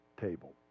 table